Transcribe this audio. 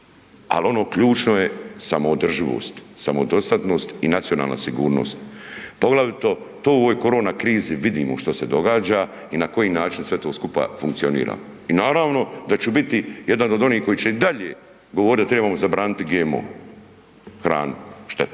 ali ono ključno je samoodrživost, samodostatnost i nacionalna sigurnost. Poglavito to u ovoj korona krizi vidimo što se događa i na koji način sve to skupa funkcionira. I naravno da ću biti jedan od onih koji će i dalje govoriti da trebamo zabraniti GMO hranu štetnu.